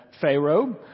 Pharaoh